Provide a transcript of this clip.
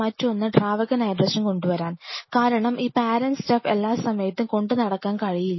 മറ്റൊന്ന് ദ്രാവക നൈട്രജൻ കൊണ്ടുവരാൻ കാരണം ഈ പാരന്റ് സ്റ്റഫ് എല്ലാ സമയത്തും കൊണ്ട് നടക്കാൻ കഴിയില്ല